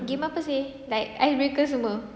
game apa seh like icebreaker semua